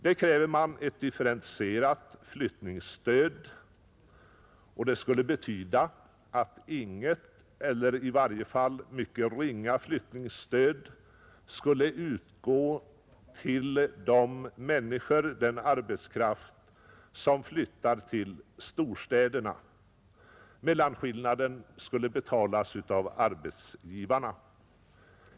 Där kräver man ett differentierat flyttningsstöd vilket skulle betyda att inget eller i varje fall ett mycket ringa flyttningsstöd skulle utgå till den arbetskraft som flyttar till storstäderna. Mellanskillnaden skulle betalas av arbetsgivarna.